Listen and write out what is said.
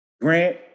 Grant